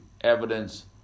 evidence